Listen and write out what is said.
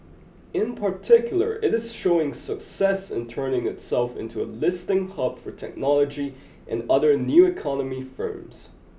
in particular it is showing success in turning itself into a listing hub for technology and other new economy firms